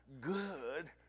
good